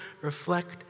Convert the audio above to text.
reflect